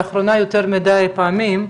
לאחרונה יותר מדי פעמים,